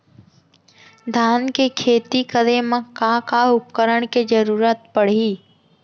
धान के खेती करे मा का का उपकरण के जरूरत पड़हि?